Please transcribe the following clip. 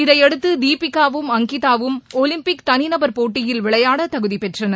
இதையடுத்துதீபிகாவும் அங்கிதாவும் ஒலிம்பிக் தனிநபர் போட்டியில் விளையாடதகுதிபெற்றனர்